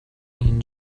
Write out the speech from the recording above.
این